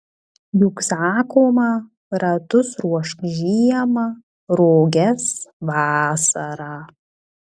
juk sakoma ratus ruošk žiemą roges vasarą